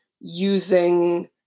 using